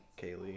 Kaylee